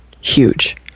huge